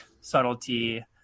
subtlety